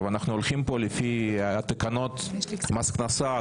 אנחנו הולכים פה לפי תקנות מס הכנסה שהן,